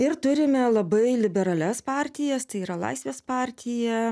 ir turime labai liberalias partijas tai yra laisvės partija